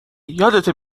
یادته